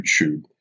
YouTube